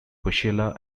coachella